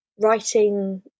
writing